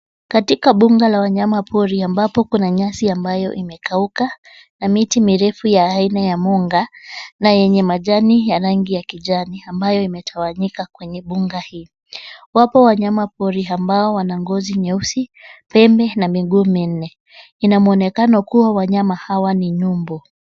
Katika bunga la wanyama pori ambapo kuna nyasi ambayo imekauka, na miti mirefu ya aina ya munga, na yenye majani ya rangi ya kijani ambayo imetawanyika kwenye bunga hii. Wapo wanyama pori ambao wana ngozi nyeusi, pembe, na miguu minne. Ina muonekano kuwa wanyama hawa ni nyumbu.